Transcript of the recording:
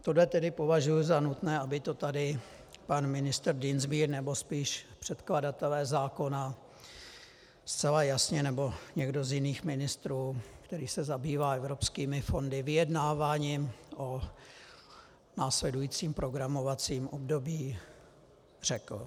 Tohle tedy považuji za nutné, aby to tady pan ministr Dienstbier, nebo spíš předkladatelé zákona zcela jasně, nebo někdo z jiných ministrů, který se zabývá evropskými fondy, vyjednáváním o následujícím programovacím období, řekl.